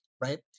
right